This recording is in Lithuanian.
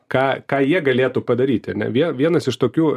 ką ką jie galėtų padaryti ar ne vie vienas iš tokių